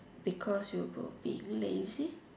because you were being lazy